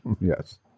Yes